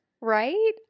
right